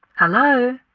hello,